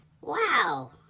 Wow